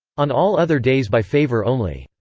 on all other days by favor only.